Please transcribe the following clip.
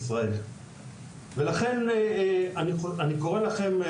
לכן אני קורא לכם, חברי הכנסת הנכבדים,